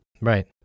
Right